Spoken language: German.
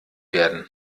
werden